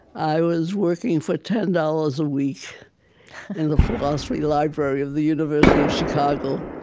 i was working for ten dollars a week in the philosophy library of the university of chicago.